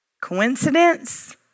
Coincidence